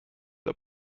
der